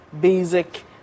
basic